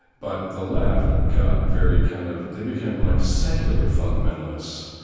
but the left got very kind of they became like secular fundamentalists,